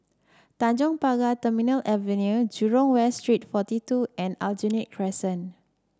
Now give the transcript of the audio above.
Tanjong Pagar Terminal Avenue Jurong West Street forty two and Aljunied Crescent